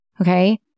okay